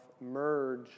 merge